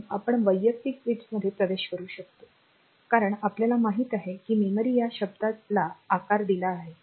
म्हणून आपण वैयक्तिक बिट्समध्ये प्रवेश करू शकतो कारण आपल्याला माहित आहे की मेमरी या शब्दला आकार आला आहे